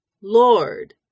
Lord